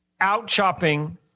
out-chopping